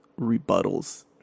rebuttals